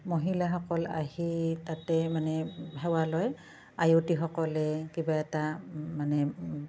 মহিলাসকল আহি তাতে মানে সেৱা লয় আয়তীসকলে কিবা এটা মানে